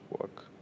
work